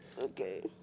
okay